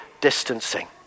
distancing